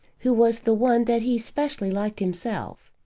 who was the one that he specially liked himself.